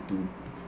to